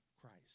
Christ